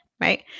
right